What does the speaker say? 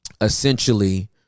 essentially